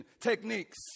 techniques